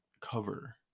cover